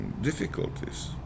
difficulties